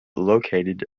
located